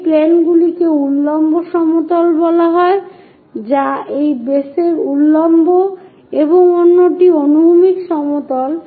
এই প্লেনগুলিকে উল্লম্ব সমতল বলা হয় যা সেই বেসের উল্লম্ব এবং অন্যটি একটি অনুভূমিক সমতল